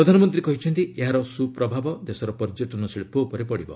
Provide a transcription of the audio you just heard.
ପ୍ରଧାନମନ୍ତ୍ରୀ କହିଛନ୍ତି ଏହାର ସୁ ପ୍ରଭାବ ଦେଶର ପର୍ଯ୍ୟଟନ ଶିଳ୍ପ ଉପରେ ପଡ଼ିବ